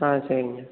ஆ சரிங்க